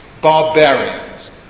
barbarians